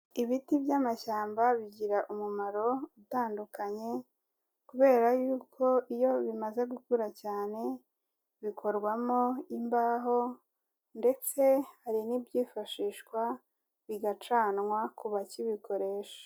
Ibiti by'amashyamba bigira umumaro utandukanye kubera y'uko iyo bimaze gukura cyane, bikorwamo imbaho ndetse hari n'ibyifashishwa bigacanwa ku bakibikoresha.